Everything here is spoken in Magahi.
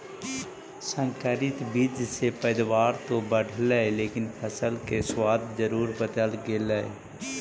संकरित बीज से पैदावार तो बढ़लई लेकिन फसल के स्वाद जरूर बदल गेलइ